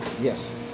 Yes